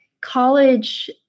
college